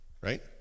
right